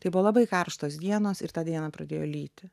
tai buvo labai karštos dienos ir tą dieną pradėjo lyti